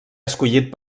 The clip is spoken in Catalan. escollit